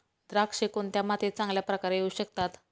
द्राक्षे कोणत्या मातीत चांगल्या प्रकारे येऊ शकतात?